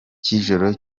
cy’ijoro